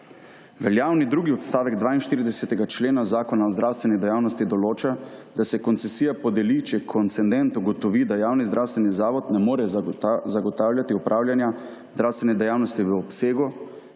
Veljavni drugi odstavke 42. člena zakona o zdravstveni dejavnosti določa, da se koncesija podeli, če koncendent ugotovi, da javni zdravstveni zavod ne more zagotavljati upravljanja zdravstvene dejavnosti v obsegu